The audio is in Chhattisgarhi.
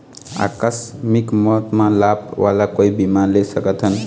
आकस मिक मौत म लाभ वाला कोई बीमा ले सकथन का?